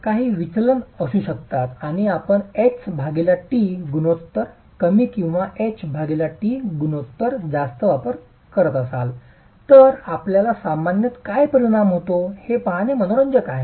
तर आपल्याकडे काही विचलन असू शकतात आणि आपण h t गुणोत्तर कमी किंवा h t गुणोत्तर जास्त वापरत असाल तर आपल्याला सामान्यतः काय परिणाम होतो ते पाहणे मनोरंजक आहे